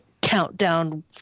countdown